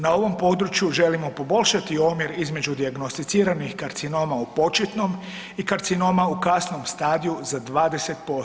Na ovom području želimo poboljšati omjer između dijagnosticiranih karcinoma u početnom i karcinoma u kasnom stadiju za 20%